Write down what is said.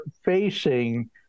facing